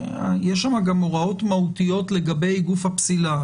יש שם גם הוראות מהותיות לגבי גוף הפסילה,